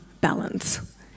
balance